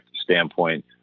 standpoint